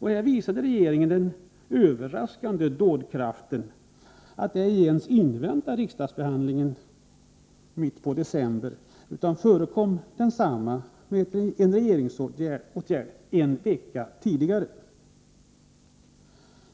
Då visade regeringen den överraskande dådkraften att ej ens invänta riksdagens behandling av frågan i mitten av december. I stället förekom man densamma en vecka tidigare med en regeringsåtgärd.